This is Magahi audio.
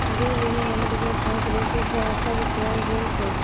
गैप बीमाक अमरीकात खास रूप स स्थापित कराल गेल छेक